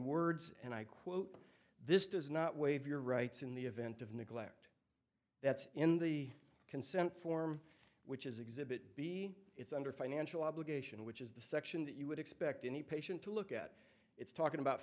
words and i quote this does not waive your rights in the event of neglect that's in the consent form which is exhibit b it's under financial obligation which is the section that you would expect any patient to look at it's talking about